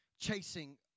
chasing